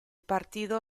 partido